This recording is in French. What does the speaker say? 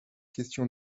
question